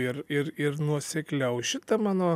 ir ir ir nuosekliau šita mano